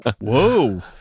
Whoa